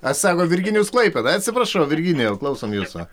a sako virginijus klaipėda atsiprašau virginijau klausom jūsų